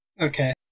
Okay